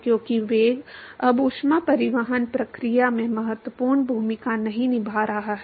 क्योंकि वेग अब ऊष्मा परिवहन प्रक्रिया में महत्वपूर्ण भूमिका नहीं निभा रहा है